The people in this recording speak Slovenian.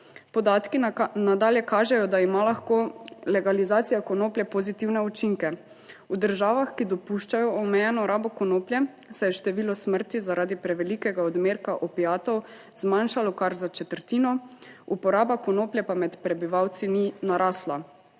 Podatki nadalje kažejo, da ima lahko legalizacija konoplje pozitivne učinke. V državah, ki 88. TRAK: (SC) – 17.05 (nadaljevanje) dopuščajo omejeno rabo konoplje, se je število smrti, zaradi prevelikega odmerka opiatov zmanjšalo kar za četrtino, uporaba konoplje pa med prebivalci ni narasla,